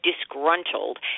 disgruntled